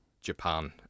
Japan